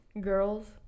girls